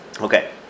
Okay